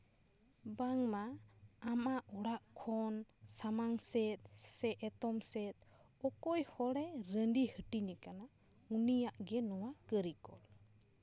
ᱵᱟᱝᱢᱟ ᱟᱢᱟᱜ ᱚᱲᱟᱜ ᱠᱷᱚᱱ ᱥᱟᱢᱟᱝ ᱥᱮᱫ ᱥᱮ ᱮᱛᱚᱢ ᱥᱮᱫ ᱚᱠᱚᱭ ᱦᱚᱲᱮ ᱨᱟᱹᱰᱤ ᱦᱟᱹᱴᱤᱧ ᱟᱠᱟᱱᱟ ᱩᱱᱤᱭᱟᱜ ᱜᱮ ᱱᱚᱣᱟ ᱠᱟᱹᱨᱤᱠᱚᱞ